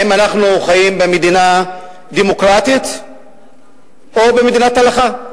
האם אנחנו חיים במדינה דמוקרטית או במדינת הלכה?